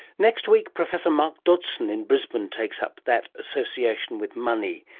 next week professor mark dodgson in brisbane takes up that association with money.